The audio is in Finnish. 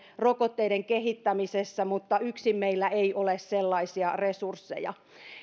rokotteiden kehittämisessä mutta yksin meillä ei ole sellaisia resursseja